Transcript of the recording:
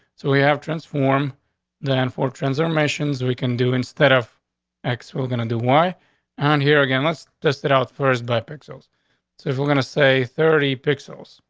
so we have transform than four transformations weaken do instead of x we're gonna do why on here again, let's just it out first black pixels. so if we're gonna say thirty pixels,